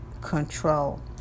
control